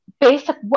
basic